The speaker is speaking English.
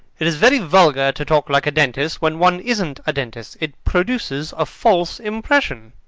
it is very vulgar to talk like a dentist when one isn't a dentist. it produces a false impression.